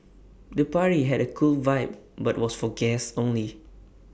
the party had A cool vibe but was for guests only